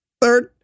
Third